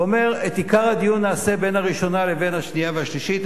ואומר: את עיקר הדיון נעשה בין הראשונה לבין השנייה והשלישית.